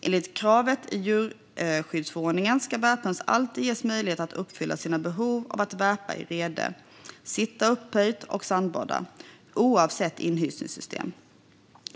Enligt kravet i djurskyddsförordningen ska värphöns alltid ges möjlighet att uppfylla sina behov av att värpa i rede, sitta upphöjt och sandbada oavsett inhysningssystem.